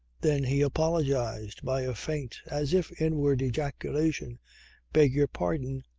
then he apologized by a faint as if inward ejaculation beg your pardon,